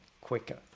quicker